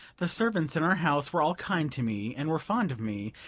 the servants in our house were all kind to me and were fond of me,